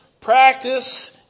practice